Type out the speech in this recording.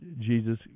Jesus